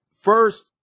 first